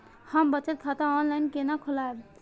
हम बचत खाता ऑनलाइन केना खोलैब?